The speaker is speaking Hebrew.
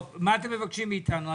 מה אתם מבקשים מאתנו?